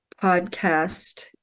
podcast